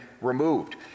removed